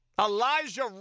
Elijah